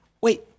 wait